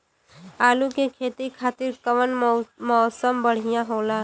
आलू के खेती खातिर कउन मौसम बढ़ियां होला?